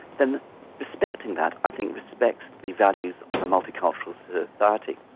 then respecting that, i think respects the values of a multicultural society.